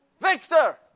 Victor